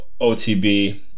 OTB